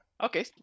Okay